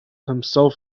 himself